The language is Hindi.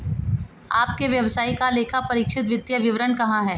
आपके व्यवसाय का लेखापरीक्षित वित्तीय विवरण कहाँ है?